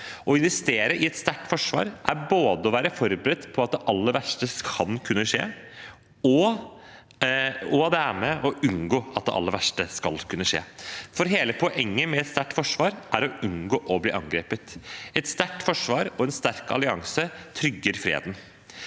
Å investere i et sterkt forsvar gjør vi både for å være forberedt på at det aller verste kan skje, og for å unngå at det aller verste skal kunne skje. Hele poenget med et sterkt forsvar er å unngå å bli angrepet. Et sterkt forsvar og en sterk allianse trygger freden.